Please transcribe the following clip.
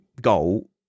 goal